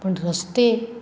पण रस्ते